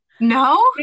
No